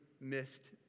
missed